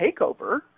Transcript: takeover